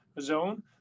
zone